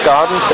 Garden